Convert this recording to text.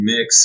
Mix